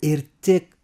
ir tik